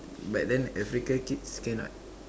but then African kids cannot